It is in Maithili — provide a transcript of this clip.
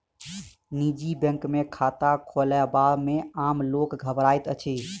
निजी बैंक मे खाता खोलयबा मे आम लोक घबराइत अछि